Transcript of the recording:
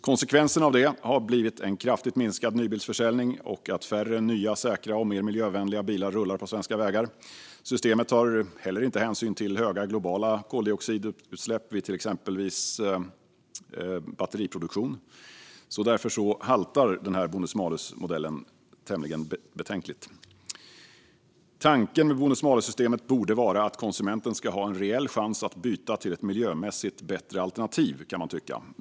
Konsekvensen av detta har blivit en kraftigt minskad nybilsförsäljning och att färre nya, säkra och mer miljövänliga bilar rullar på svenska vägar. Systemet tar inte heller hänsyn till höga globala koldioxidutsläpp vid exempelvis batteriproduktion. Därför haltar bonus-malus-modellen betänkligt. Tanken med bonus-malus-systemet borde vara att konsumenten ska ha en reell chans att byta till ett miljömässigt bättre alternativ.